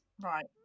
right